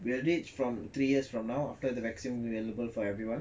we will reach from three years from now after the vaccine available for everyone